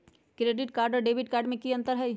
Credit card और debit card में की अंतर हई?